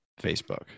Facebook